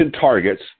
targets